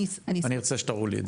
אני ארצה שתראו לי את זה.